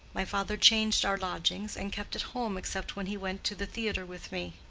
my father changed our lodgings, and kept at home except when he went to the theatre with me.